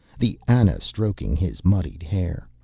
the ana stroking his muddied hair.